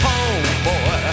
Homeboy